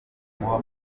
muba